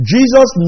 Jesus